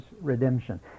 redemption